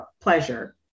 pleasure